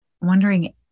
wondering